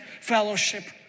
fellowship